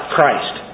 Christ